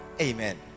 Amen